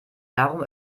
darum